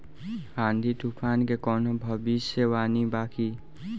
आँधी तूफान के कवनों भविष्य वानी बा की?